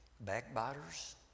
backbiters